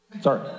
Sorry